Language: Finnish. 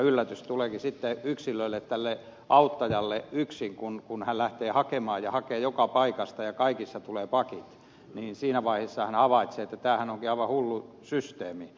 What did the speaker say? yllätys tuleekin sitten tälle auttajalle kun hän lähtee hakemaan ja hakee joka paikasta ja kaikissa tulee pakit ja siinä vaiheessa hän havaitsee että tämähän onkin aivan hullu systeemi